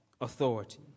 authority